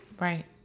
right